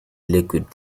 liquid